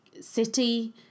city